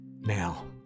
Now